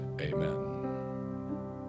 Amen